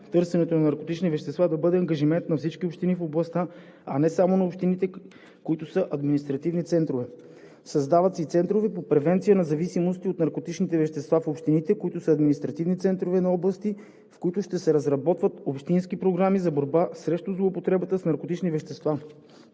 търсенето на наркотични вещества да бъдат ангажимент на всички общини в областта, а не само на общините, които са административни центрове. Създават се центрове по превенция на зависимости от наркотични вещества в общините, които са административни центрове на области, в които ще се разработват общински програми за борба срещу злоупотребата с наркотични вещества.